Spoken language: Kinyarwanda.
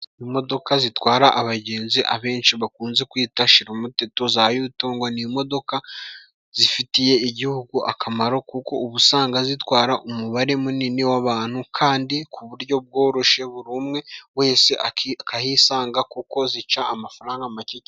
Imodoka zitwara abagenzi abenshi bakunze kwita shirumuteto za yutongo. Ni imodoka zifitiye igihugu akamaro kuko uba usanga zitwara umubare munini w'abantu, kandi ku buryo bworoshe buri umwe wese ahisanga kuko zica amafaranga make.